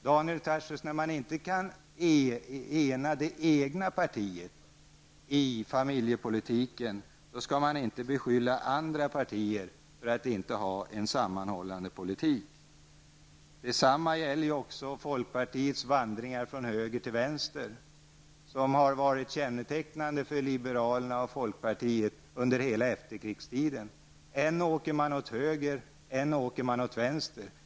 Daniel Tarschys, när man inte kan ena det egna partiet i familjepolitiken skall man inte beskylla andra partier för att inte ha en sammanhållande politik. Detsamma gäller ju också folkpartiets vandringar från höger till vänster, som har varit kännetecknande för liberalerna och folkpartiet under hela efterkrigstiden. Än åker man åt höger, än åker man åt vänster.